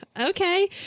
okay